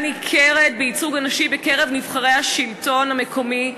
ניכרת בייצוג הנשי בקרב נבחרי השלטון המקומי,